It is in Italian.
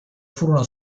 furono